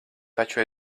taču